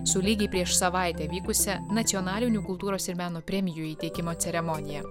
su lygiai prieš savaitę vykusia nacionalinių kultūros ir meno premijų įteikimo ceremonija